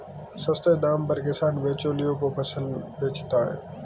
सस्ते दाम पर किसान बिचौलियों को फसल बेचता है